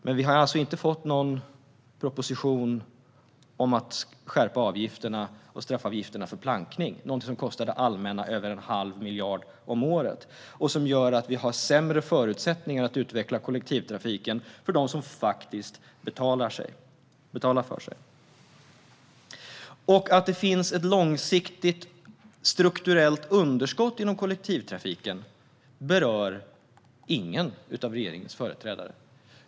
Men vi har alltså inte fått någon proposition om att höja straffavgifterna för plankning, som kostar det allmänna över en halv miljard om året och gör att vi har sämre förutsättningar att utveckla kollektivtrafiken för dem som faktiskt betalar för sig. Att det finns ett långsiktigt strukturellt underskott inom kollektivtrafiken berör ingen av regeringens företrädare.